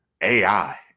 AI